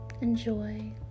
enjoy